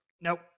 Nope